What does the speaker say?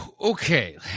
Okay